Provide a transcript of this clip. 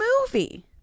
movie